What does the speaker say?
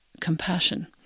compassion